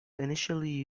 initially